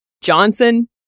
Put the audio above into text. Johnson